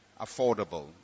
affordable